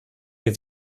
wir